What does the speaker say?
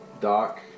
Doc